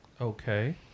okay